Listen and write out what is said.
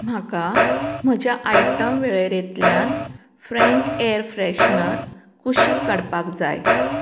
म्हाका म्हज्या आयटम वेळेरेंतल्यान फ्रँक ऍर फ्रॅशनर कुशीक काडपाक जाय